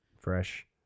Fresh